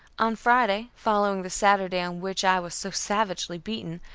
on friday following the saturday on which i was so savagely beaten,